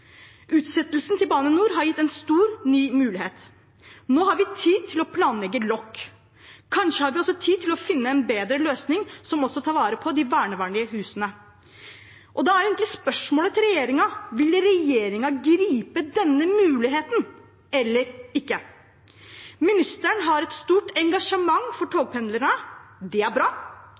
Utsettelsen til Bane NOR har gitt en stor, ny mulighet. Nå har man tid til å planlegge lokk, kanskje har man også tid til å finne en bedre løsning, som også tar bedre vare på de verneverdige husene. Da er egentlig spørsmålet til regjeringen: Vil man vil gripe denne muligheten, eller ikke? Ministeren har et stort engasjement for togpendlerne, det er bra,